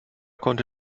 konnte